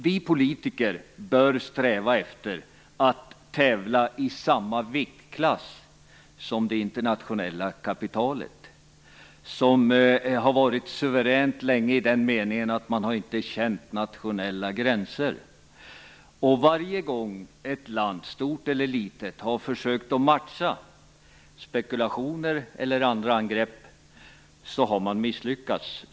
Vi politiker bör sträva efter att tävla i samma viktklass som det internationella kapitalet, som länge har varit suveränt i den meningen att det inte har känt nationella gränser. Varje gång ett land, stort eller litet, har försökt att matcha spekulationer eller andra angrepp har man misslyckats.